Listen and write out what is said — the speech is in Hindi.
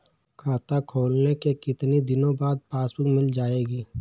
खाता खोलने के कितनी दिनो बाद पासबुक मिल जाएगी?